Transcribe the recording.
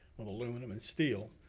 with aluminum and steel.